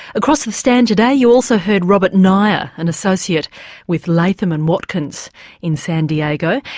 across the stand today you also heard robert knaier an associate with latham and watkins in san diego.